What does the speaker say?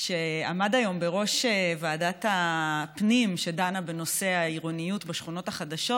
שעמד היום בראש ישיבת ועדת הפנים שדנה בנושא העירוניות בשכונות החדשות.